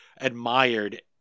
admired